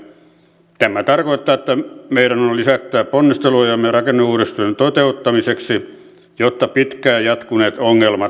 tämä tarkoittaa että meidän on lisättävä ponnistelujamme rakenneuudistuksen toteuttamiseksi jotta pitkään jatkuneet ongelmat poistuisivat